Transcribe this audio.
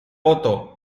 otto